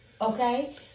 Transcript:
Okay